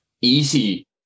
easy